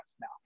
now